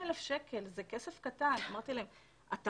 באמת?